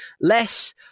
less